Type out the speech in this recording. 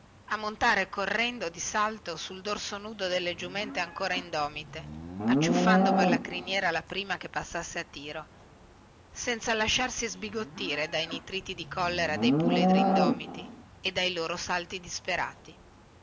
e montare con un salto sul dorso nudo delle sue bestie mezze selvagge acciuffando per la criniera la prima che passava a tiro senza lasciarsi sbigottire dai nitriti di collera dei puledri indomiti e dai loro salti disperati